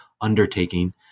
undertaking